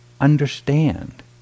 understand